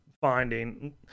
finding